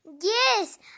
Yes